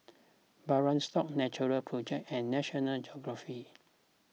Birkenstock Natural Project and National Geographic